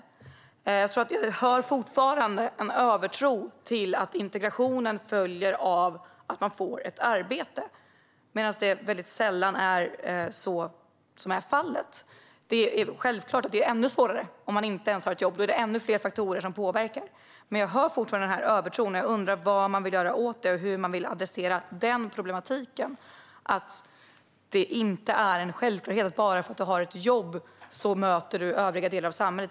Jag hör fortfarande en övertro till att integrationen följer av att människor får ett arbete, medan det sällan är fallet. Det är självklart att det är ännu svårare om de inte ens har ett jobb. Då är det ännu fler faktorer som påverkar, men jag hör fortfarande övertron. Jag undrar vad man vill göra åt det och hur man vill adressera den problematiken. Det är inte en självklarhet att bara för att du har ett jobb möter du övriga delar av samhället.